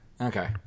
okay